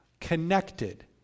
connected